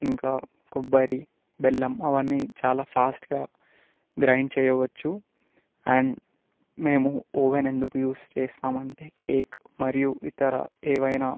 ఇంకా కొబ్బరి బెల్లం అవన్నీ చాలా ఫాస్ట్గా గ్రైండ్ చేయవచ్చు అండ్ మేము ఓవెన్ ఎందుకు యూస్ చేస్తామంటే కేక్ మరియు ఇతర ఏవైనా